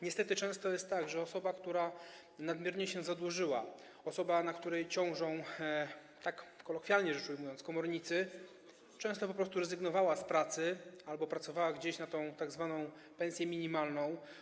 Niestety często jest tak, że osoba, która nadmiernie się zadłużyła, osoba, na której - kolokwialnie rzecz ujmując - ciążą komornicy, często po prostu rezygnowała z pracy albo pracowała za tzw. pensję minimalną.